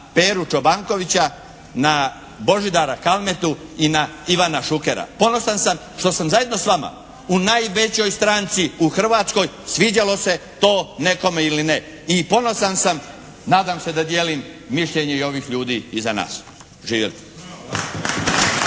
Peru Čobankovića, na Božidara Kalmetu i na Ivana Šukera. Ponosan sam što sam zajedno s vama u najvećoj stranci u Hrvatskoj sviđalo se to nekome ili ne. I ponosan sam nadam se da dijelim mišljenje i ovih ljudi iza nas. Živjeli.